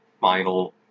final